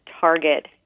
target